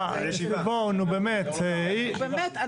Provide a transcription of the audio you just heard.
בואו, נו, באמת.